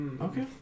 Okay